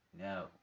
No